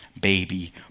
baby